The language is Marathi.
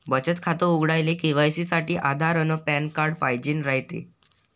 बचत खातं उघडाले के.वाय.सी साठी आधार अन पॅन कार्ड पाइजेन रायते